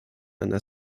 under